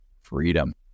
freedom